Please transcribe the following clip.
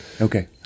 Okay